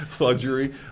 luxury